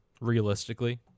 realistically